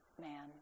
man